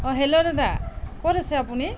অঁ হেল্ল' দাদা ক'ত আছে আপুনি